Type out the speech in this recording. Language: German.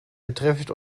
betrifft